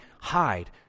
hide